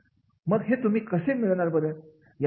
मग हे तुम्ही कसे मिळणार बरं